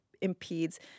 impedes